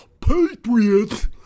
patriots